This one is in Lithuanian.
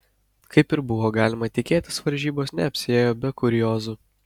kaip ir buvo galima tikėtis varžybos neapsiėjo be kuriozų